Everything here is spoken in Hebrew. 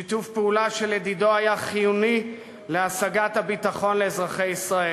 שיתוף פעולה שלדידו היה חיוני להשגת הביטחון לאזרחי ישראל.